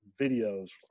videos